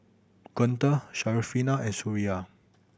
Guntur Syarafina and Suria